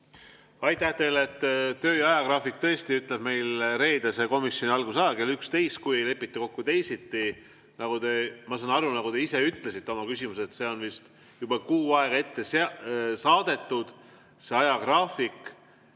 Aitäh teile! Töö- ja ajagraafik tõesti ütleb meil reedese komisjoni algusajaks kell 11, kui ei lepita kokku teisiti. Ma saan aru, nagu te ise ütlesite oma küsimuses, et see on vist juba kuu aega ette saadetud, see ajagraafik.